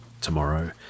Tomorrow